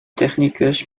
technicus